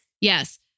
Yes